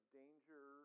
danger